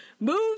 move